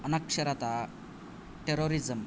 अनक्षरता terrorism